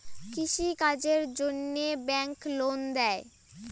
কৃষি কাজের জন্যে ব্যাংক লোন দেয়?